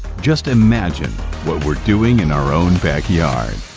just imagine what we're doing in our own backyard.